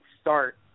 start